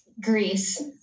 Greece